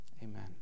Amen